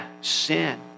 sin